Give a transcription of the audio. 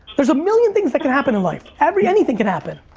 there's a million things that can happen in life. every, anything can happen.